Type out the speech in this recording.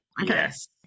yes